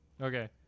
okay